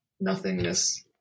nothingness